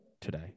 today